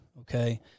okay